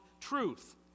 truth